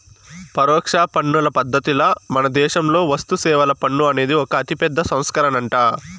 పరోక్ష పన్నుల పద్ధతిల మనదేశంలో వస్తుసేవల పన్ను అనేది ఒక అతిపెద్ద సంస్కరనంట